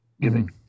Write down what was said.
giving